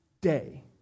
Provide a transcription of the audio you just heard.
day